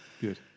Good